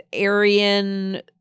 Aryan